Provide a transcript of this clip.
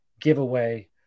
giveaway